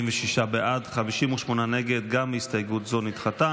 גם הסתייגות זו נדחתה.